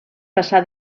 passà